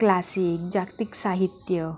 classic जागतिक साहित्य